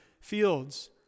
fields